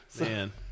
Man